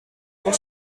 pour